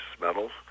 metals